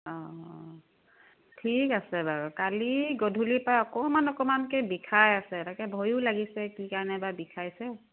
অঁ ঠিক আছে বাৰু কালি গধূলিৰ পৰা অকণমান অকণমানকৈ বিষাই আছে তাকে ভয়ো লাগিছে কি কাৰণে বা বিষাইছে